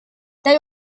they